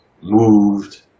moved